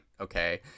Okay